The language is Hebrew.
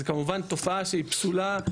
זאת כמובן תופעה שהיא פסולה,